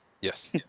Yes